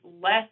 less